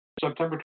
September